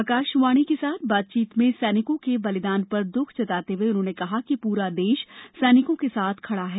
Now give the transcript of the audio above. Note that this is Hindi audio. आकाशवाणी के साथ बातचीत में सैनिकों के बलिदान पर दुःख जताते हुए उन्होंने कहा कि पूरा देश सैनिकों के साथ खड़ा है